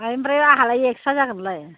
ओमफ्राय आंहालाय एक्सट्रा जागोनलाय